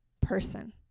person